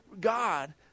God